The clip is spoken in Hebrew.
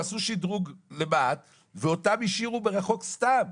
עשו שדרוג למה"ט ואותם השאירו ברחוב סתם.